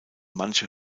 manche